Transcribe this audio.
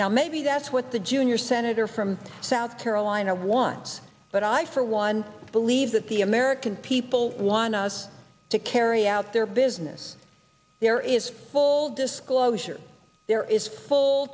now maybe that's what the junior senator from south carolina wants but i for one believe that the american people want us to carry out their business there is full disclosure there is full